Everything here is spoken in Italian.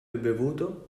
bevuto